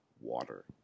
water